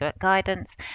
guidance